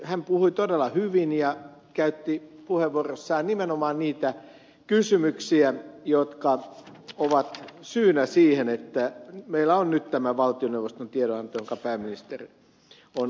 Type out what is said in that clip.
hän puhui todella hyvin ja käytti puheenvuorossaan nimenomaan niitä kysymyksiä jotka ovat syynä siihen että meillä on nyt tämä valtioneuvoston tiedonanto jonka pääministeri on antanut